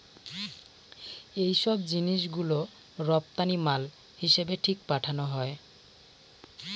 এইসব জিনিস গুলো রপ্তানি মাল হিসেবে পাঠানো হয়